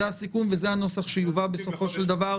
זה הסיכום, וזה הנוסח שיובא בסופו של דבר